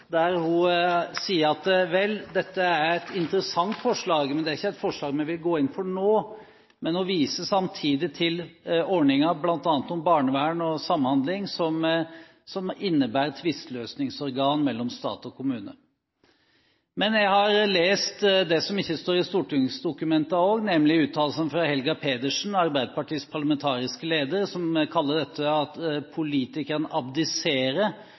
der hun sier at vel, dette er et interessant forslag, men det er ikke et forslag vi vil gå inn for nå. Men hun viser samtidig til ordninger med bl.a. barnevern og samhandling som innebærer tvisteløsningsorgan mellom stat og kommune. Men jeg har lest det som ikke står i stortingsdokumenter også, nemlig uttalelsen fra Helga Pedersen, Arbeiderpartiets parlamentariske leder, som sier at politikerne abdiserer